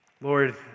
Lord